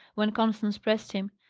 when constance pressed him.